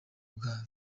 bwa